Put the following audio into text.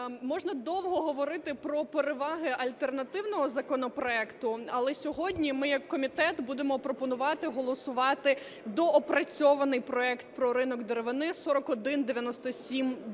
Можна довго говорити про переваги альтернативного законопроекту, але сьогодні ми як комітет будемо пропонувати голосувати доопрацьований проект про ринок деревини 4197-д.